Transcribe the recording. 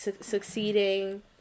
succeeding